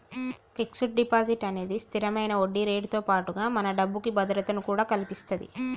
fixed deposit అనేది స్తిరమైన వడ్డీరేటుతో పాటుగా మన డబ్బుకి భద్రతను కూడా కల్పిత్తది